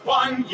one